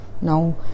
Now